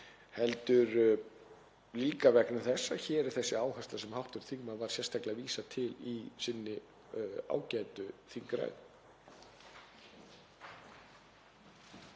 heldur líka vegna þess að hér er þessi áhersla sem hv. þingmaður var sérstaklega að vísa til í sinni ágætu þingræðu.